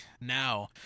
Now